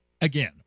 again